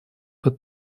под